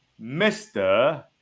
Mr